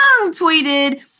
tweeted